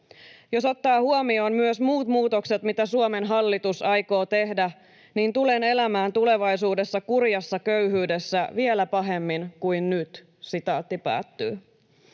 Jos ottaa huomioon myös muut muutokset, mitä Suomen hallitus aikoo tehdä, niin tulen elämään tulevaisuudessa kurjassa köyhyydessä vielä pahemmin kuin nyt.” ”Pelkään,